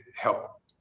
help